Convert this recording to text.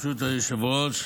ברשות היושב-ראש,